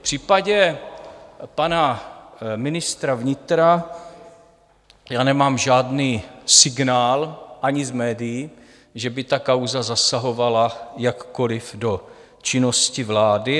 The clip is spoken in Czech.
V případě pana ministra vnitra já nemám žádný signál ani z médií, že by ta kauza zasahovala jakkoliv do činnosti vlády.